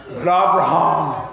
Abraham